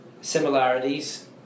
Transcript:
Similarities